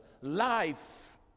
Life